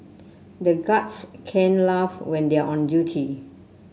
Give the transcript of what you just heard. the guards can't laugh when they are on duty